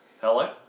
Hello